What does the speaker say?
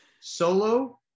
Solo